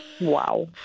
Wow